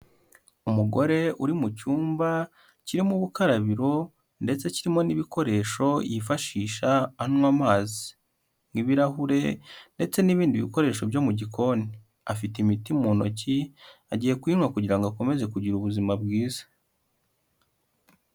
Umugore uri mu cyumba kirimo ubukarabiro ndetse kirimo n'ibikoresho yifashisha anywa amazi, nk'ibirahure ndetse n'ibindi bikoresho byo mu gikoni, afite imiti mu ntoki agiye kuyinywa kugira ngo akomeze kugira ubuzima bwiza.